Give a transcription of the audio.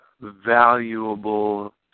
valuable